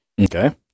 Okay